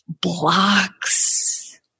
blocks